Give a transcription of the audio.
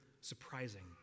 surprising